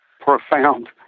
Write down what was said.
profound